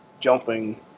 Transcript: jumping